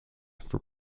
for